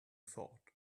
thought